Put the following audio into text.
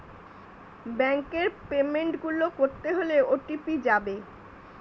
ব্যাংকের পেমেন্ট গুলো করতে হলে ও.টি.পি যাবে